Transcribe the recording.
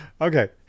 Okay